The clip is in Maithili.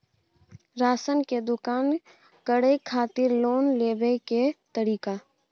राशन के दुकान करै खातिर लोन लेबै के तरीका?